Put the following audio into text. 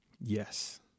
Yes